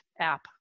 app